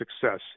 success